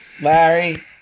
Larry